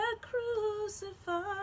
crucified